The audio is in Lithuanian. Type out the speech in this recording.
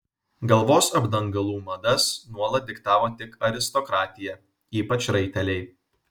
galvos apdangalų madas nuolat diktavo tik aristokratija ypač raiteliai